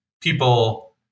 people